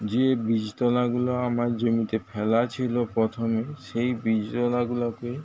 যে বীজতলাগুলো আমার জমিতে ফেলা ছিল প্রথমে সেই বীজতলাগুলোকে